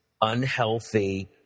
unhealthy